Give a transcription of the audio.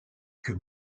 que